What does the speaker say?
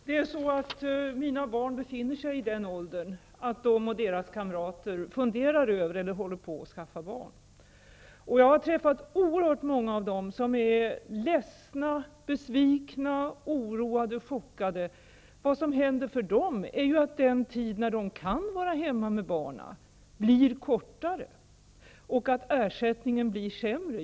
Herr talman! Mina barn befinner sig i den åldern att de och deras kamrater funderar över eller håller på att skaffa barn. Oerhört många av dem är ledsna, besvikna, oroade och chockade. Det som händer dem är att den tid som de kan vara hemma med barnen blir kortare och att ersättningen blir sämre.